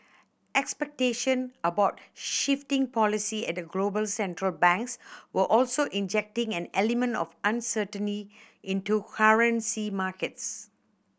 expectation about shifting policy at global Central Banks were also injecting an element of uncertainty into currency markets